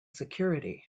security